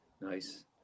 nice